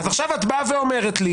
אז עכשיו את באה ואומרת לי